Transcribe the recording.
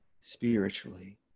spiritually